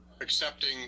accepting